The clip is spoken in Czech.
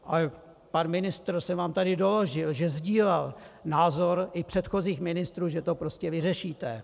A pan ministr, to jsem vám tady doložil, že sdílel názor i předchozích ministrů, že to prostě vyřešíte.